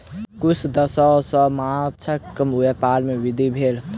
किछ दशक सॅ माँछक व्यापार में वृद्धि भेल